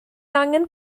angen